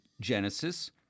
Genesis